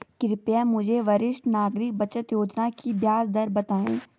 कृपया मुझे वरिष्ठ नागरिक बचत योजना की ब्याज दर बताएँ